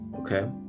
Okay